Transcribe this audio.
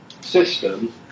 system